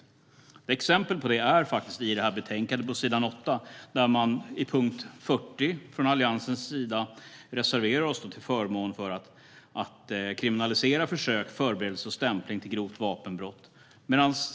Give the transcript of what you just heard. Exempel på detta finns faktiskt i betänkandet på s. 8. Under punkt 40 reserverar vi oss från Alliansens sida till förmån för att man ska kriminalisera försök, förberedelse och stämpling till grovt vapenbrott.